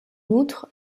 outre